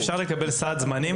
טוב, אפשר לקבל סעד זמני?